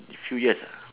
a few years